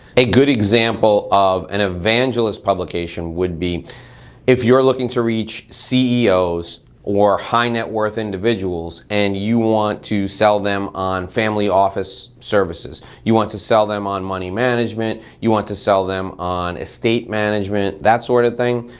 a good example of an evangelist publication would be if you're looking to reach ceos or high net worth individuals and you want to sell them on family office services. you want to sell them on money management, you want to sell them on estate management, that sort of thing.